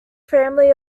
family